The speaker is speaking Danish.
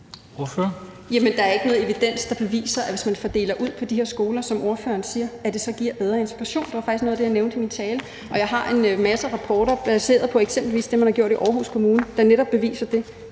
Der er ikke noget evidens, der beviser, at hvis man fordeler dem ud på de her skoler, som ordføreren siger, så giver det bedre integration. Det var faktisk noget af det, jeg nævnte i min tale. Jeg har en masse rapporter baseret på eksempelvis det, man har gjort i Aarhus Kommune, der netop beviser det.